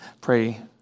pray